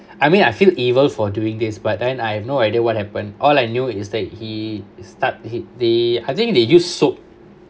I mean I feel evil for doing this but then I have no idea what happen all I knew is that he start he they I think they use soap